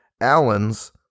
Allen's